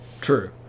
True